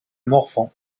morvan